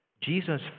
Jesus